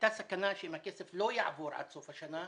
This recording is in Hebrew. הייתה סכנה שאם הכסף לא יעבור עד סוף השנה,